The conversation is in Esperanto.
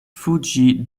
fuĝi